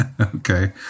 Okay